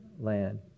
land